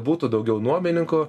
būtų daugiau nuomininkų